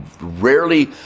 rarely